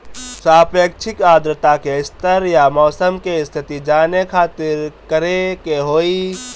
सापेक्षिक आद्रता के स्तर या मौसम के स्थिति जाने खातिर करे के होई?